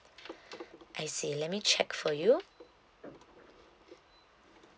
I see let me check for you